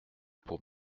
pour